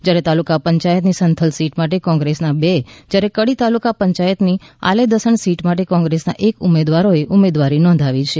જ્યારે તાલુકા પંચાયતની સંથલ સીટ માટે કોંગ્રેસનાં બે જ્યારે કડી તાલુકા પંચાયતની આલેદસણ સીટ માટે કોંગ્રેસનાં એક ઉમેદવારોએ ઉમેદવારી નોંધાવી છે